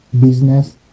business